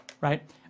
right